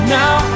now